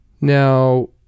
Now